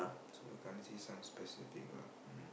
so can't say some specific lah mm